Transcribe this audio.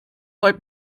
hard